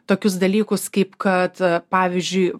tokius dalykus kaip kad a pavyzdžiui